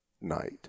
night